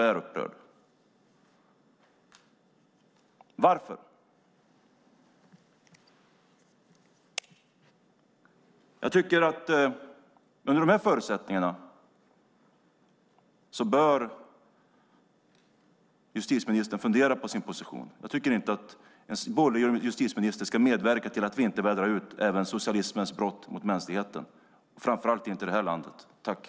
Jag tycker att justitieministern under dessa förutsättningar bör fundera på sin position. Jag tycker inte att en borgerlig justitieminister ska medverka till att vi inte vädrar ut även socialismens brott mot mänskligheten, framför allt inte i detta land.